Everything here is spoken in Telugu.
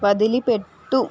వదిలిపెట్టు